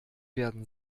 werden